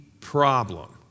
problem